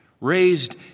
raised